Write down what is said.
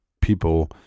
people